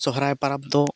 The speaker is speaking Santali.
ᱥᱚᱦᱨᱟᱭ ᱯᱚᱨᱚᱵᱽ ᱫᱚ